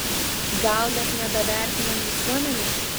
gal mes nedavertinam visuomenės